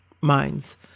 minds